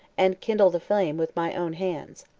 and kindle the flame with my own hands.